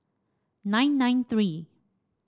nine nine three